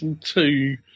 two